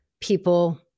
People